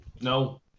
no